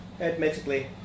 admittedly